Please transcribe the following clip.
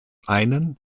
einen